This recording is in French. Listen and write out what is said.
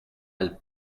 elles